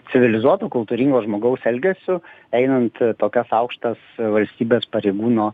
civilizuoto kultūringo žmogaus elgesiu einant tokias aukštas valstybės pareigūno